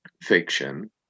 fiction